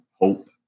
hope